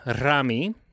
Rami